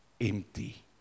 empty